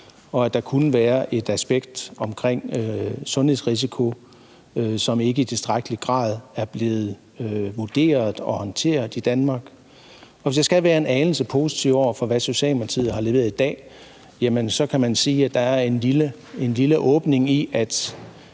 og at der kunne være et aspekt omkring sundhedsrisikoen, som ikke i tilstrækkelig grad er blevet vurderet og håndteret i Danmark. Og hvis jeg skal være en anelse positiv over for det, Socialdemokratiet har leveret i dag, kan man sige, at der er en lille åbning i, at